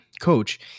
coach